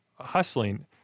hustling